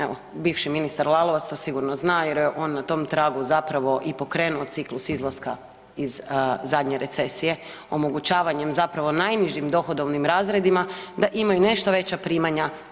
Evo, bivši ministar Lalovac to sigurno zna jer je on na tom tragu zapravo i pokrenu ciklus izlaska iz zadnje recesije, omogućavanjem zapravo najnižim dohodovnim razredima da imaju nešto veća primanja.